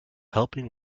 helping